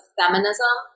feminism